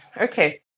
okay